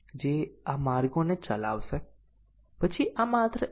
MCDCનો સારાંશ આપવા માટે આપણે કહ્યું હતું કે ત્યાં ત્રણ વસ્તુઓ જરૂરી છે